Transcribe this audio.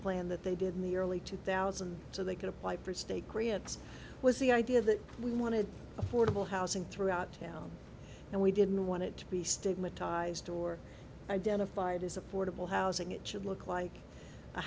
plan that they did in the early two thousand so they could apply for state grants was the idea that we wanted affordable housing throughout town and we didn't want it to be stigmatized or identified as affordable housing it should look like a